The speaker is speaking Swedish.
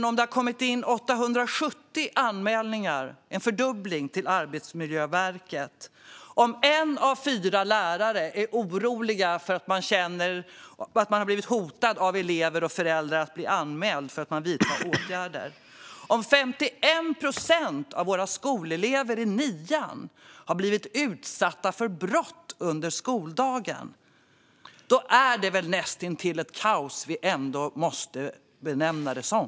Om det har kommit in 870 anmälningar, en fördubbling, till Arbetsmiljöverket, om en av fyra lärare är orolig för att man blivit hotad med anmälan av elever och föräldrar för att man vidtagit åtgärder och om 51 procent av våra skolelever i nian har blivit utsatta för brott under skoldagen, då är det väl ändå näst intill kaos vi måste benämna det som.